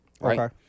Right